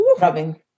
Rubbing